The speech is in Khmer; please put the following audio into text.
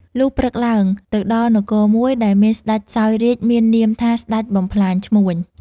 លុះព្រឹកឡើង ទៅដល់នគរមួយ ដែលមានស្តេចសោយរាជ្យមាននាមថា ស្តេច បំផ្លាញឈ្មួញ ។